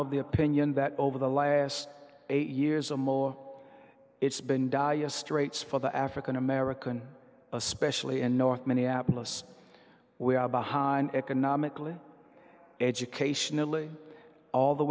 of the opinion that over the last eight years or more it's been dyas traits for the african american especially in north minneapolis we are behind economically educationally all the